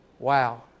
Wow